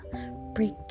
Break